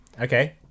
okay